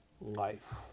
life